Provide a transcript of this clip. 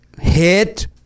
hit